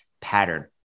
pattern